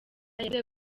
yavuze